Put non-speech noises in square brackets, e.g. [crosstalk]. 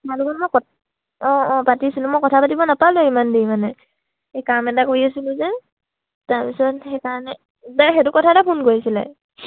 [unintelligible] মই ক অঁ অঁ পাতিছিলোঁ মই কথা পাতিব নাপালোঁ ইমান দেৰি মানে এই কাম এটা কৰি আছিলোঁ যে তাৰপিছত সেইকাৰণে দে সেইটো কথাতে ফোন কৰিছিলে